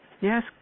Yes